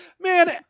Man